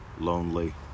lonely